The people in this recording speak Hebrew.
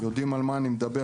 יודעים על מה אני מדבר.